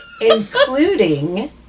including